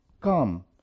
Come